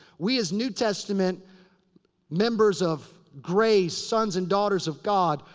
we, as new testament members of grace sons and daughters of god.